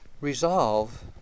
Resolve